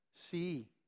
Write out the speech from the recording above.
See